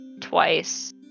twice